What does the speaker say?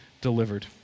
delivered